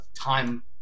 time